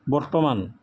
বৰ্তমান